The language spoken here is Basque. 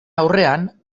aurrean